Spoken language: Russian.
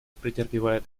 претерпевает